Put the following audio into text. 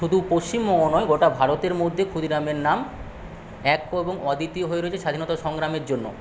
শুধু পশ্চিমবঙ্গ নয় গোটা ভারতের মধ্যে ক্ষুদিরামের নাম এক এবং অদ্বিতীয় হয়ে রয়েছে স্বাধীনতা সংগ্রামের জন্য